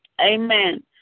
Amen